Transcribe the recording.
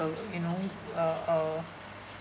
uh you know uh uh